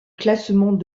classement